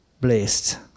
blessed